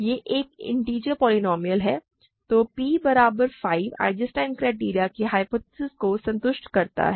तो यह एक है यह एक इन्टिजर पोलीनोमिअल है तो P बराबर 5 आइजेंस्टाइन क्राइटेरियन की ह्य्पोथेसिस को संतुष्ट करता है